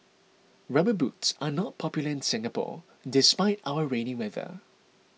rubber boots are not popular in Singapore despite our rainy weather